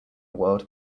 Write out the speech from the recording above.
world